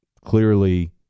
clearly